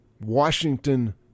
Washington